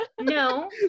no